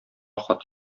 хат